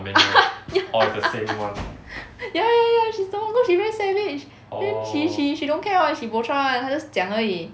ya ya ya ya she's the one cause she very savage then she she she don't care [one] she bo chup [one] 她 just 这样而已